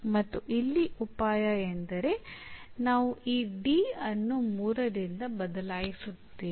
ಮತ್ತು ಇಲ್ಲಿ ಉಪಾಯ ಎಂದರೆ ನಾವು ಈ D ಅನ್ನು 3 ರಿಂದ ಬದಲಾಯಿಸುತ್ತೇವೆ